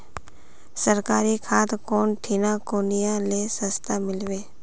सरकारी खाद कौन ठिना कुनियाँ ले सस्ता मीलवे?